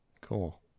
Cool